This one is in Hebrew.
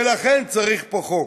ולכן צריך פה חוק.